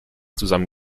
zusammen